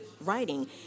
writing